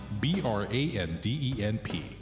B-R-A-N-D-E-N-P